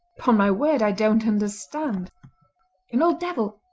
pon my word i don't understand an old devil!